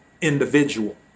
individual